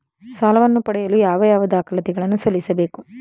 ಸಾಲವನ್ನು ಪಡೆಯಲು ಯಾವ ಯಾವ ದಾಖಲಾತಿ ಗಳನ್ನು ಸಲ್ಲಿಸಬೇಕು?